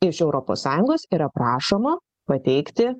iš europos sąjungos yra prašoma pateikti